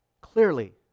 clearly